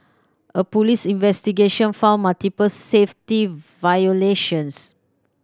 a police investigation found multiple safety violations